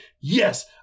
Yes